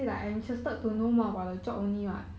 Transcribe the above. mm